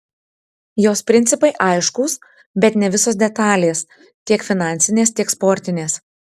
jos principai aiškūs bet ne visos detalės tiek finansinės tiek sportinės